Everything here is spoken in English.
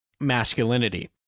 masculinity